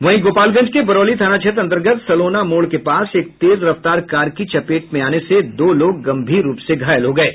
वहीं गोपालगंज के बरौली थाना क्षेत्र अंतर्गत सलोना मोड़ के पास एक तेज रफ्तार कार की चपेट में आने से दो लोग गंभीर रूप से घायल हो गये